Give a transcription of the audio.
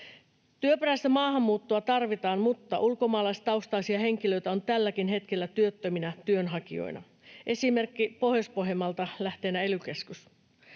Työperäistä maahanmuuttoa tarvitaan, mutta ulkomaalaistaustaisia henkilöitä on tälläkin hetkellä työttöminä työnhakijoina. Esimerkki Pohjois-Pohjanmaalta, lähteenä ely-keskus: